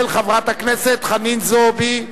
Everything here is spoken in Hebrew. של חברת הכנסת חנין זועבי.